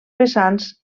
vessants